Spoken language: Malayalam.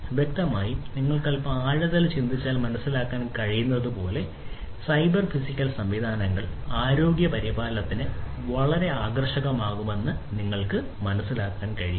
അതിനാൽ വ്യക്തമായും നിങ്ങൾ അൽപ്പം ആഴത്തിൽ ചിന്തിച്ചാൽ നിങ്ങൾക്ക് മനസിലാക്കാൻ കഴിയുന്നതുപോലെ സൈബർ ഫിസിക്കൽ സംവിധാനങ്ങൾ ആരോഗ്യപരിപാലനത്തിന് വളരെ ആകർഷകമാകുമെന്ന് നിങ്ങൾക്ക് മനസ്സിലാക്കാൻ കഴിയും